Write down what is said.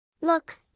look